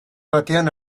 batean